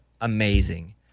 amazing